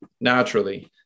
naturally